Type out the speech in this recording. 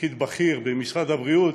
פקיד בכיר במשרד הבריאות